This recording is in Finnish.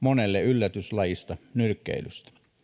monelle yllätyslajista nyrkkeilystä